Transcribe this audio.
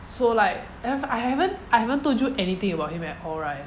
so like I've I haven't I haven't told you anything about him at all right